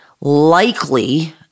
likely